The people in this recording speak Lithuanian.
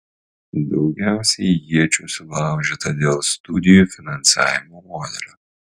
daugiausiai iečių sulaužyta dėl studijų finansavimo modelio